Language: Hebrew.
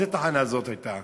איזו תחנה זאת הייתה?